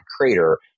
crater